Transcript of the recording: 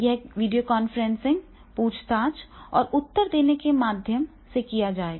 यह वीडियोकांफ्रेंसिंग पूछताछ और उत्तर देने के माध्यम से किया जाएगा